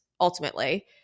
ultimately